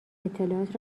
اطلاعات